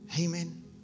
Amen